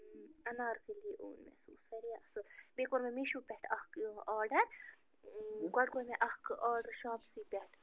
اَنار کٔلی اوٚن مےٚ سُہ اوس وارِیاہ اصٕل بیٚیہِ کوٚر مےٚ میٖشو پٮ۪ٹھ اکھ یہِ آرڈر گۄڈٕ کوٚر مےٚ اکھ آرڈر شاپسی پٮ۪ٹھ